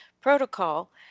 protocol